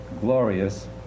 glorious